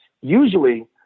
usually